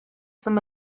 some